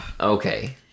Okay